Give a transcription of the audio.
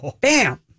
Bam